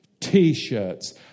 T-shirts